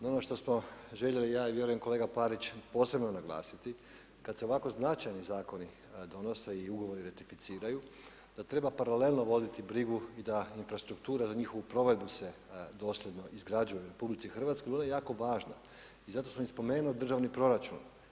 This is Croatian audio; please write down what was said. No ono što smo željeli ja i vjerujem kolega Parić posebno naglasiti kada se ovako značajni zakoni donose i ugovori ratificiraju da treba paralelno voditi brigu i da infrastruktura na njihovu provedbu se dosljedno izgrađuje u Republici Hrvatskoj bila jako važna i zato sam i spomenuo državni proračun.